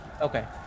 Okay